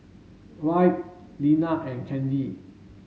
Wright Linna and Kandy